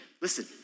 Listen